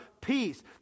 peace